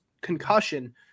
concussion